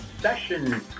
session